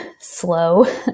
slow